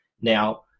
Now